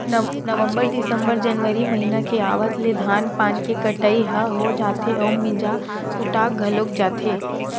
नवंबर, दिंसबर, जनवरी महिना के आवत ले धान पान के कटई ह हो जाथे अउ मिंजा कुटा घलोक जाथे